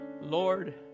Lord